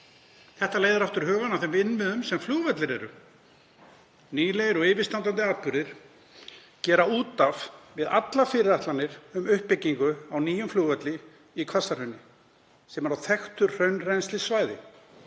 Þetta leiðir aftur hugann að þeim innviðum sem flugvellir eru. Nýlegir og yfirstandandi atburðir gera út af við allar fyrirætlanir um uppbyggingu á nýjum flugvelli í Hvassahrauni, sem er á þekktu hraunrennslissvæði.